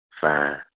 Fine